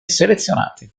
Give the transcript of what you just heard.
selezionati